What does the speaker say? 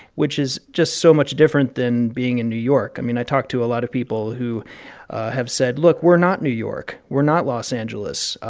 which is just so much different than being in new york. i mean, i talked to a lot of people who have said, look we're not new york. we're not los angeles.